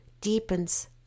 deepens